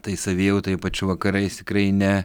tai savijauta ypač vakarais tikrai ne